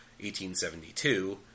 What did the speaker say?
1872